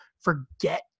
forget